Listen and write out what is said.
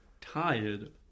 tired